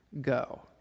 go